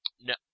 No